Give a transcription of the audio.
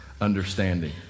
understanding